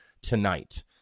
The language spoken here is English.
tonight